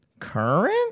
current